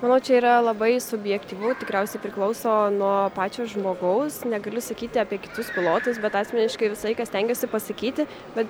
manau čia yra labai subjektyvu tikriausiai priklauso nuo pačio žmogaus negaliu sakyti apie kitus pilotus bet asmeniškai visą laiką stengiuosi pasakyti bet